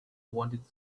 wanted